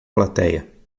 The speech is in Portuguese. platéia